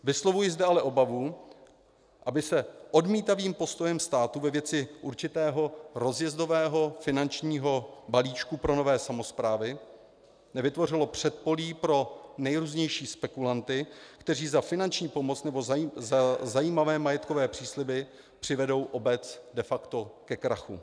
Vyslovuji zde ale obavu, aby se odmítavým postojem státu ve věci určitého rozjezdového finančního balíčku pro nové samosprávy nevytvořilo předpolí pro nejrůznější spekulanty, kteří za finanční pomoc nebo za zajímavé majetkové přísliby přivedou obec de facto ke krachu.